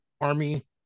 army